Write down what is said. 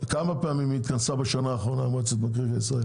כמה פעמים התכנסה בשנה האחרונה מועצת מקרקעי ישראל?